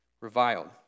reviled